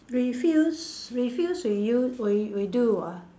refuse refuse reuse re~ redo ah